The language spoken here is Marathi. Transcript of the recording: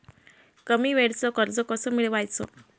कमी वेळचं कर्ज कस मिळवाचं?